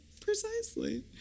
Precisely